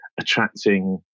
attracting